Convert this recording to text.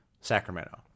Sacramento